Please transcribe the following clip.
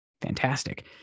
fantastic